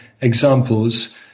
examples